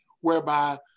whereby